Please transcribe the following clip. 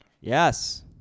Yes